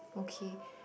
okay